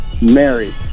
Mary